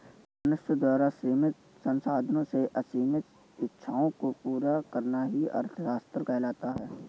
मनुष्य द्वारा सीमित संसाधनों से असीमित इच्छाओं को पूरा करना ही अर्थशास्त्र कहलाता है